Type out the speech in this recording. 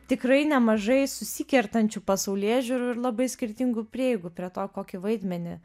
tikrai nemažai susikertančių pasaulėžiūrų ir labai skirtingų prieigų prie to kokį vaidmenį